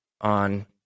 on